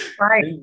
right